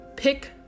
pick